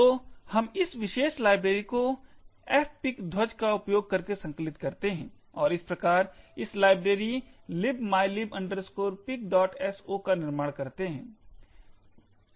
तो हम इस विशेष लाइब्रेरी को fpic ध्वज का उपयोग करके संकलित करते हैं और इस प्रकार इस लाइब्रेरी libmylib picso का निर्माण करते हैं